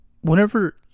whenever